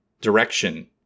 direction